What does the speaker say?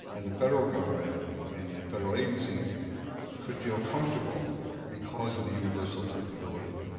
and the federal government and the federal agencies could feel comfortable because of the universal applicability.